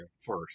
first